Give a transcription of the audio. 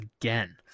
again